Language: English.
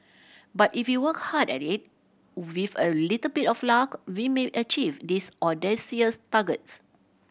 but if you work hard at it with a little bit of luck we may achieve these audacious targets